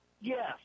Yes